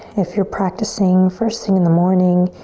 if you're practicing first thing in the morning,